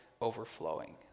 overflowing